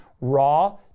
raw